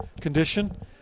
condition